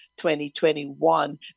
2021